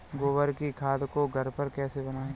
गोबर की खाद को घर पर कैसे बनाएँ?